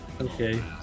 Okay